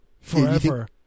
forever